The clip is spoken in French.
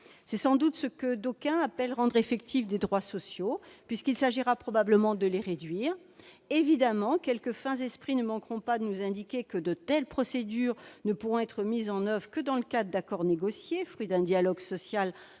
C'est sans doute ce que d'aucuns appellent « rendre effectifs des droits sociaux », puisqu'il s'agira probablement de les réduire. Évidemment, quelques fins esprits ne manqueront pas de nous indiquer que de telles procédures ne pourront être mises en oeuvre que dans le cadre d'accords négociés, fruits d'un dialogue social